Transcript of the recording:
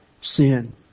sin